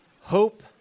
Hope